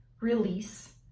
release